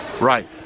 Right